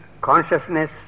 consciousness